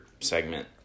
segment